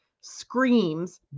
screams